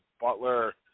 Butler